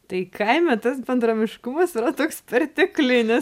tai kaime tas bendruomiškumas yra toks perteklini